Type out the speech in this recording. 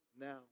now